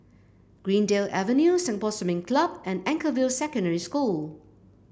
Greendale Avenue Singapore Swimming Club and Anchorvale Secondary School